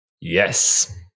Yes